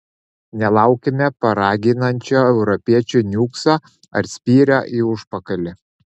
nelaukime paraginančio europiečių niukso ar spyrio į užpakalį